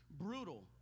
Brutal